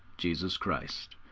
jesus christ.